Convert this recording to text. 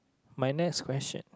my next question